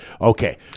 Okay